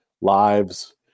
lives